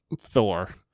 Thor